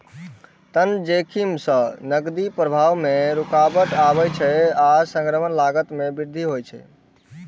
ऋण जोखिम सं नकदी प्रवाह मे रुकावट आबै छै आ संग्रहक लागत मे वृद्धि होइ छै